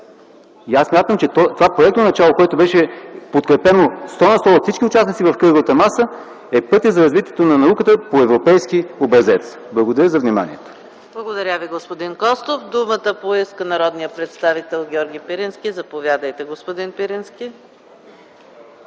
Смятам, че проектното начало, което беше подкрепено сто на сто от всички участници в кръглата маса, е пътят за развитието на науката по европейски образец. Благодаря за вниманието. ПРЕДСЕДАТЕЛ ЕКАТЕРИНА МИХАЙЛОВА: Благодаря Ви, господин Костов. Думата поиска народният представител Георги Пирински. Заповядайте, господин Пирински.